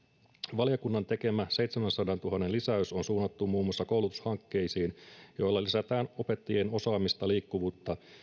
valiokunnan tekemä seitsemänsadantuhannen lisäys on suunnattu muun muassa koulutushankkeisiin joilla lisätään opettajien osaamista liikkuvuutta